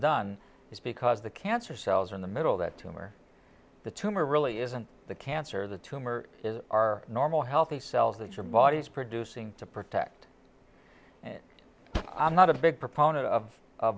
because the cancer cells are in the middle that tumor the tumor really isn't the cancer the tumor is our normal healthy cells that your body is producing to protect i'm not a big proponent of